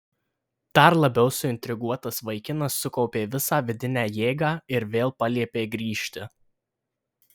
dar labiau suintriguotas vaikinas sukaupė visą vidinę jėgą ir vėl paliepė grįžti